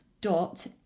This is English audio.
dot